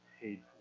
paid